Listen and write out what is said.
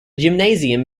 gymnasium